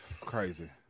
Crazy